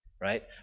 Right